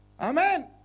Amen